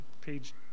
page